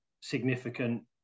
significant